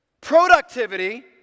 productivity